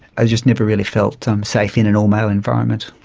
i just never really felt um safe in an all-male environment.